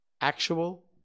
Actual